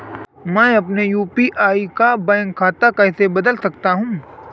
मैं अपने यू.पी.आई का बैंक खाता कैसे बदल सकता हूँ?